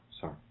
sorry